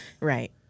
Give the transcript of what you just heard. Right